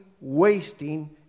wasting